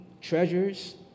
treasures